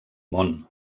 món